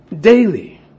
daily